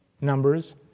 Numbers